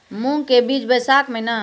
मूंग के बीज बैशाख महीना